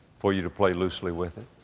for you to play loosely with it.